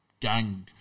gang